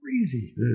Crazy